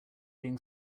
being